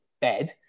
bed